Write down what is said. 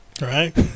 right